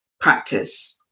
practice